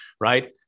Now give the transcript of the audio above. right